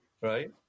Right